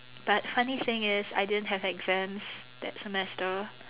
but funny thing is I didn't have exams that semester